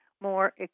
more